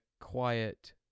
quiet